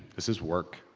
this is work!